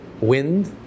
wind